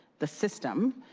the system,